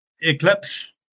Eclipse